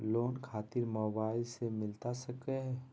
Loan खातिर mobile से मिलता सके?